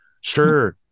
sure